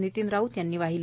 नितीन राऊत यांनी वाहिली